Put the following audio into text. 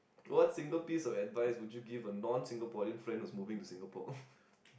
what single piece of advice would you give a non Singaporean friend who is moving to Singapore